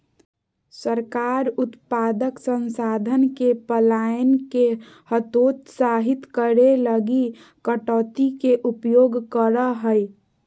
सरकार उत्पादक संसाधन के पलायन के हतोत्साहित करे लगी कटौती के उपयोग करा हइ